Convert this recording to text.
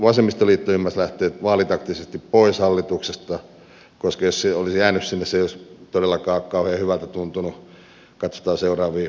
vasemmistoliitto ymmärsi vaalitaktisesti lähteä pois hallituksesta koska jos se olisi jäänyt sinne se ei olisi todellakaan kauhean hyvältä tuntunut kun katsotaan seuraavia äänestyslukuja